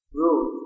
rule